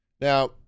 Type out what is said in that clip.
Now